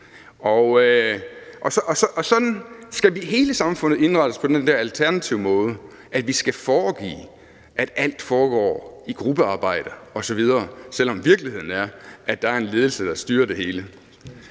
Og hele samfundet skal indrettes på den der alternative måde, at vi skal foregive, at alt foregår i gruppearbejde osv., selv om virkeligheden er, at der er en ledelse, der styrer det hele.